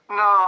no